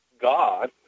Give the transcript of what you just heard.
God